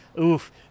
Oof